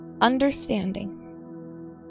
understanding